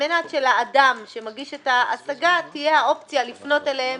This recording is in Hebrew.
מנת שלאדם שמגיש את ההשגה תהיה האופציה לפנות אליהם,